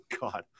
God